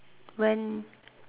when